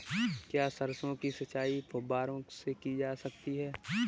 क्या सरसों की सिंचाई फुब्बारों से की जा सकती है?